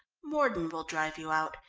mordon will drive you out.